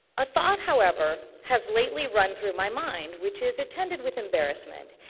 a thought, however, has lately run through my mind which is attended with embarrassment.